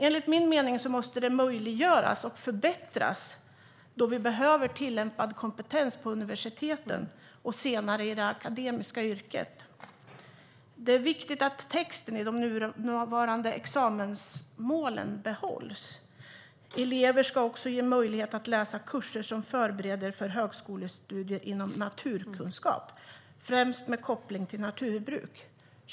Enligt min mening måste det möjliggöras och förbättras då vi behöver tillämpad kompetens på universiteten och senare i det akademiska yrket. Det är viktigt att texten i de nuvarande examensmålen behålls: Elever ska också ges möjlighet att läsa kurser som förbereder för högskolestudier inom naturkunskap, främst med koppling till naturbruk.